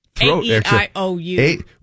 A-E-I-O-U